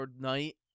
night